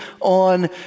on